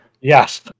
Yes